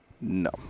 No